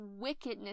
wickedness